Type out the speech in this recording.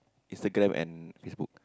Instagram and Facebook